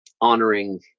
honoring